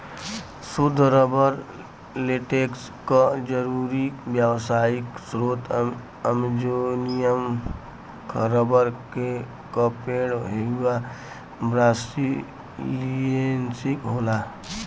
सुद्ध rubber latex क जरुरी व्यावसायिक स्रोत अमेजोनियन रबर क पेड़ हेविया ब्रासिलिएन्सिस होला